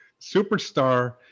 superstar